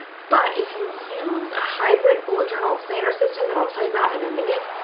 but if you use a hybrid bullet journal planner system that i'll tell you about in a minute,